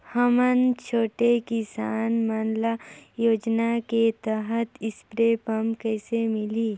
हमन छोटे किसान मन ल योजना के तहत स्प्रे पम्प कइसे मिलही?